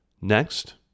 Next